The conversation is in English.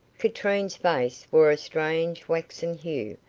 katrine's face wore a strange waxen hue,